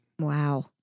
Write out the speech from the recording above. Wow